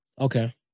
Okay